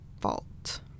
fault